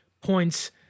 points